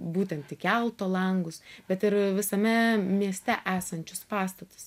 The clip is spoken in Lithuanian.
būtent į kelto langus bet ir visame mieste esančius pastatus